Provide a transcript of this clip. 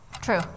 True